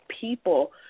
people